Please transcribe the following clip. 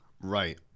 Right